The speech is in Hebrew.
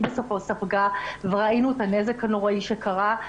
בסופו ספגה וראינו את הנזק הנוראי שקרה.